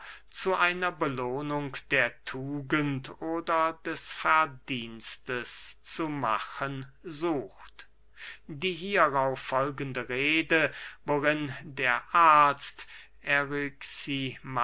zu einer belohnung der tugend oder des verdienstes zu machen sucht die hierauf folgende rede worin der arzt